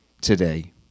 today